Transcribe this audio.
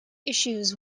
issues